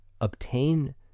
Obtain